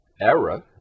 error